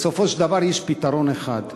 בסופו של דבר יש פתרון אחד,